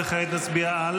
כעת נצביע על